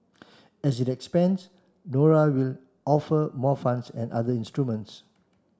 as it expands Nora will offer more funds and other instruments